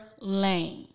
lane